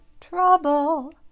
Trouble